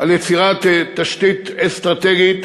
על יצירת תשתית אסטרטגית